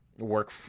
work